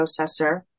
processor